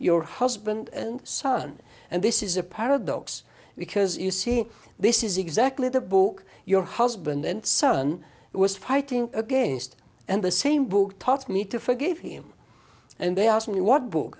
your husband and son and this is a paradox because you see this is exactly the book your husband and son was fighting against and the same book taught me to forgive him and they asked me what book